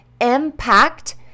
impact